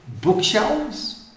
bookshelves